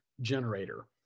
generator